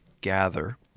gather